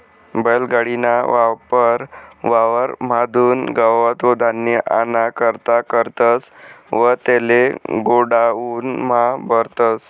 बैल गाडी ना वापर वावर म्हादुन गवत व धान्य आना करता करतस व तेले गोडाऊन म्हा भरतस